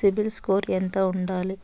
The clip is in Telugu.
సిబిల్ స్కోరు ఎంత ఉండాలి?